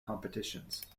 competitions